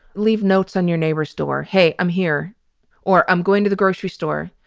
leave notes on your neighbor's door. hey, i'm here or i'm going to the grocery store.